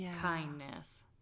kindness